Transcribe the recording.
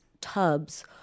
tubs